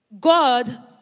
God